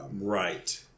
Right